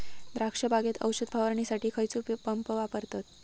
द्राक्ष बागेत औषध फवारणीसाठी खैयचो पंप वापरतत?